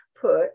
put